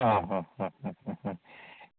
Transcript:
ആ ഹ ഹ് ഹ് ഹ് ഹ്